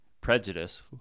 prejudice—